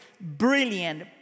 brilliant